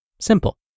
Simple